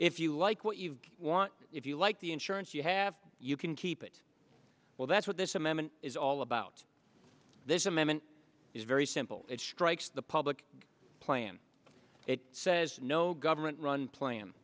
if you like what you want if you like the insurance you have you can keep it well that's what this amendment is all about this amendment is very simple it strikes the public plan it says no government run pla